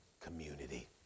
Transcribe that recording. community